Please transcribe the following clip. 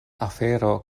afero